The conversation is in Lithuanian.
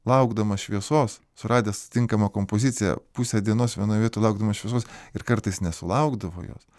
laukdamas šviesos suradęs tinkamą kompoziciją pusę dienos vienoj vietoj laukdamas šviesos ir kartais nesulaukdavo jos